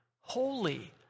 holy